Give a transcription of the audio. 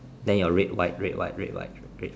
then your red white red white red